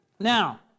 Now